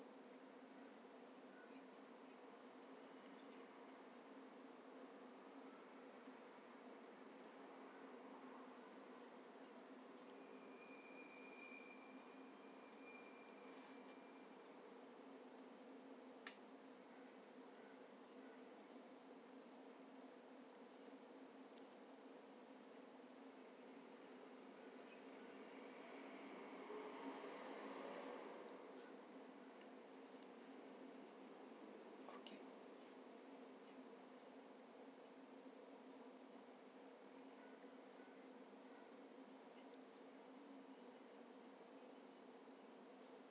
okay